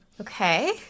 Okay